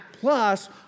Plus